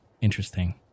interesting